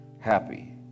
happy